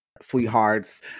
sweethearts